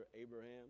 Abraham